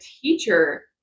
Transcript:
teacher